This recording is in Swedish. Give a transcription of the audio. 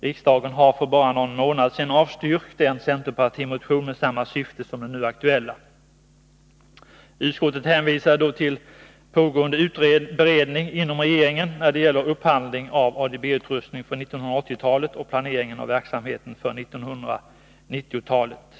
Riksdagen har för bara någon månad sedan avstyrkt en centerpartimotion Arbetsfördelmed samma syfte som den nu aktuella. Utskottet hänvisade då till pågående — ningen mellan beredning inom regeringen när det gäller upphandling av ADB-utrustning — riksförsäkringsverför 1980-talet och planeringen av verksamheten för 1990-talet.